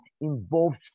involves